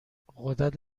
غدد